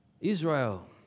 Israel